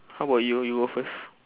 how about you you go first